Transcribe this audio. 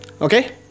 okay